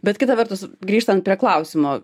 bet kita vertus grįžtant prie klausimo